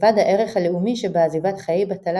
מלבן הערך הלאומי שבעזיבת חיי-בטלה